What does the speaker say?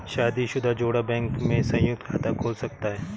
शादीशुदा जोड़ा बैंक में संयुक्त खाता खोल सकता है